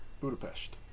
Budapest